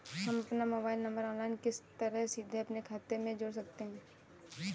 हम अपना mobile number online किस तरह सीधे अपने खाते में जोड़ सकते हैं?